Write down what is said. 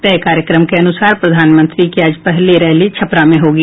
तय कार्यक्रम के अनुसार प्रधानमंत्री की आज पहली रैली छपरा में होगी